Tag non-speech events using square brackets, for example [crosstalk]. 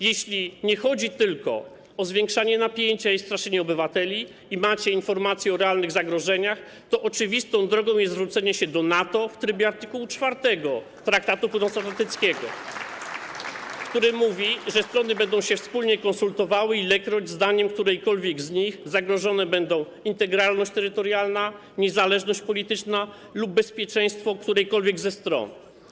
Jeśli nie chodzi tylko o zwiększanie napięcia i straszenie obywateli i macie informacje o realnych zagrożeniach, to oczywistą drogą jest zwrócenie się do NATO w trybie art. 4 Traktatu Północnoatlantyckiego, [applause] który mówi, że strony będą się wspólnie konsultowały, ilekroć zdaniem którejkolwiek z nich zagrożone będą integralność terytorialna, niezależność polityczna lub bezpieczeństwo którejkolwiek ze stron.